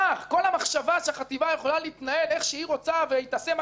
כל המחשבה שחטיבה יכולה להתנהל איך שהיא רוצה ותעשה מה שהיא רוצה